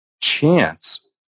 chance